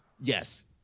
Yes